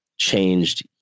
changed